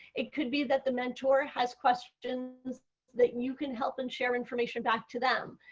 it could be that the mentor has questions that you can help and share information back to them.